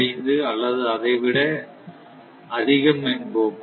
5 அல்லது அதை விட அதிகம் என்போம்